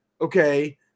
okay